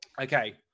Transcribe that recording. Okay